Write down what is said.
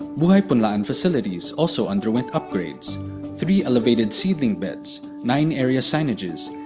buhay punlaan facilities also underwent upgrades three elevated seedling beds, nine area signages,